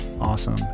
awesome